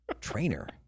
trainer